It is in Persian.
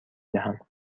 دهم